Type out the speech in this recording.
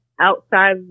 outside